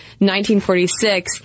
1946